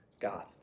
God